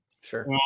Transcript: Sure